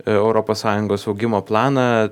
europos sąjungos augimo planą